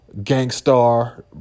gangstar